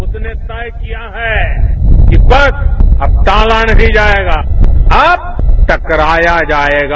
उसने तय किया है कि बस अब टाला नहीं जाएगा अब टकराया जाएगा